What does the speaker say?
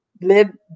live